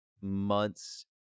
months